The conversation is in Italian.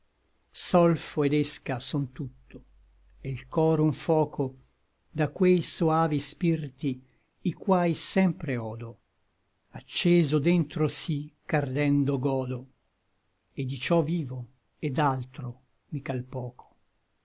solfo et ésca son tutto e l cor un foco da quei soavi spirti i quai sempre odo acceso dentro sí ch'ardendo godo et di ciò vivo et d'altro mi cal poco